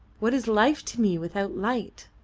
what is life to me without light?